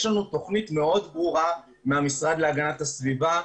יש לנו תוכנית מאוד ברורה מהמשרד להגנת הסביבה,